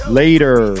later